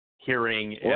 Hearing